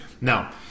Now